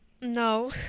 No